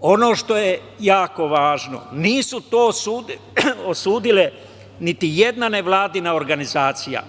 Ono što je jako važno, nije to osudila niti jedna nevladina organizacija,